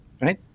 right